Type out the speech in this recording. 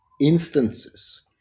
instances